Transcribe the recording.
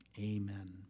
Amen